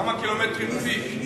כמה קילומטרים כביש?